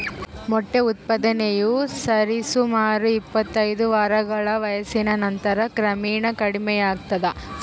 ಮೊಟ್ಟೆ ಉತ್ಪಾದನೆಯು ಸರಿಸುಮಾರು ಇಪ್ಪತ್ತೈದು ವಾರಗಳ ವಯಸ್ಸಿನ ನಂತರ ಕ್ರಮೇಣ ಕಡಿಮೆಯಾಗ್ತದ